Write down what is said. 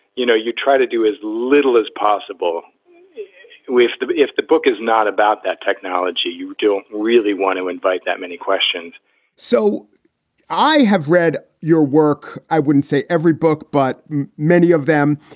you know, you try to do as little as possible with if the if the book is not about that technology, you don't really want to invite that many questions so i have read your work. i wouldn't say every book, but many of them.